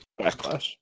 backlash